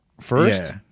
first